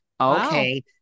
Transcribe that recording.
okay